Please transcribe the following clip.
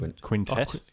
Quintet